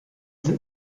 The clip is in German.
sind